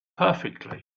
perfectly